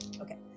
Okay